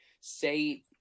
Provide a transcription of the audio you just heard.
say